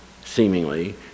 seemingly